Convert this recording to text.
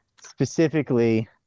specifically